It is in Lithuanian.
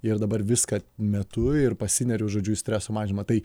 ir dabar viską metu ir pasineriu žodžiu į streso mažinimą tai